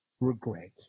regret